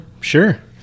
Sure